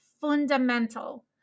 fundamental